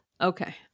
Okay